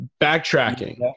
Backtracking